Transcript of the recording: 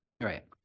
Right